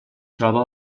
troba